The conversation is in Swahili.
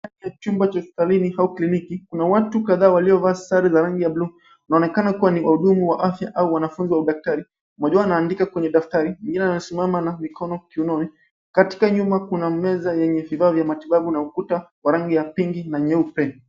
Katika chumba cha hospitali au kliniki kuna watu kadhaa waliovaa sare za rangi ya buluu wanaonekana kuwa wahudumu wa afya au wanafunzi wa udaktari. Mmoja wao anaandika kwenye daftari mwingine anasimama na mikono kiunoni .Katika nyuma kuna meza yenye vifaa vya matibabu na ukuta wa rangi ya pinki na nyeupe.